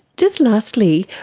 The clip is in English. just lastly,